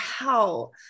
wow